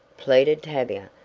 pleaded tavia,